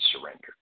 surrender